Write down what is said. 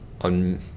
on